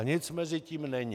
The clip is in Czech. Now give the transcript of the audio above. Nic mezi tím není.